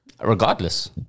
regardless